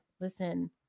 listen